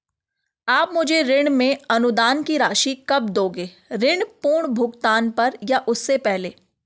आप मुझे ऋण में अनुदान की राशि कब दोगे ऋण पूर्ण भुगतान पर या उससे पहले?